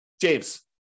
James